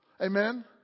Amen